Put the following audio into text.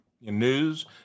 news